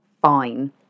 fine